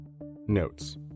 Notes